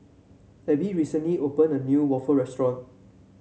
Abbie recently opened a new waffle restaurant